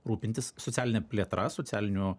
rūpintis socialine plėtra socialiniu